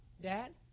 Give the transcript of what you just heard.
Dad